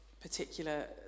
particular